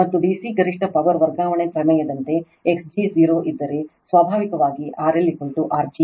ಮತ್ತು D C ಗರಿಷ್ಠ power ವರ್ಗಾವಣೆ ಪ್ರಮೇಯದಂತೆ x g 0 ಇದ್ದರೆ ಸ್ವಾಭಾವಿಕವಾಗಿ RL R g